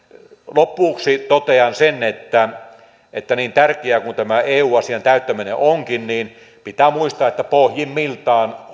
lopuksi totean sen että että niin tärkeä kuin tämä eu asian täyttäminen onkin niin pitää muistaa että pohjimmiltaan